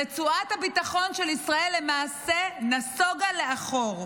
רצועת הביטחון של ישראל למעשה נסוגה לאחור,